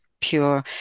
pure